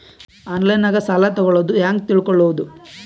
ಆನ್ಲೈನಾಗ ಸಾಲ ತಗೊಳ್ಳೋದು ಹ್ಯಾಂಗ್ ತಿಳಕೊಳ್ಳುವುದು?